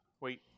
Wait